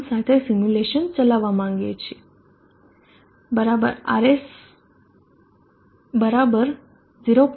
1 સાથે સિમ્યુલેશન ચલાવવા માગીએ છીએ બરાબર 0